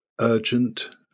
urgent